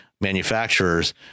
manufacturers